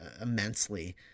immensely